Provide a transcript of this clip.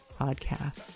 podcast